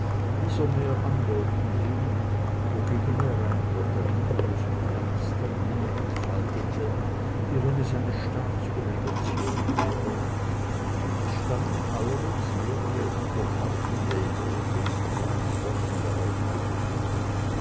er mehr andeutend hin wogegen er ein lotterie los mit ernster miene entfaltete wie wenn es eine staatsobligation wäre und es standen allerdings mehrere hunderttausende in großen und kleinen posten darauf gedruckt